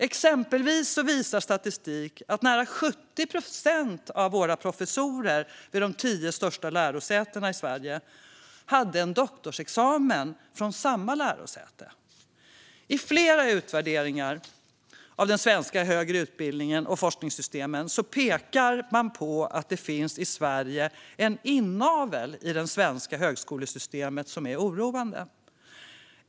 Exempelvis visar statistik att nära 70 procent av våra professorer vid de tio största lärosätena i Sverige hade en doktorsexamen från samma lärosäte. I flera utvärderingar av den svenska högre utbildningen och forskningssystemen pekar man på att det i Sverige finns en inavel i det svenska högskolesystemet som är oroande.